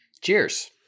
cheers